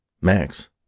Max